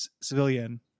civilian